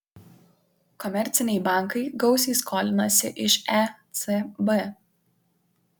komerciniai bankai gausiai skolinasi iš ecb